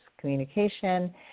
communication